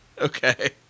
okay